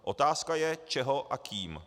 Otázka je čeho a kým.